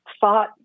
fought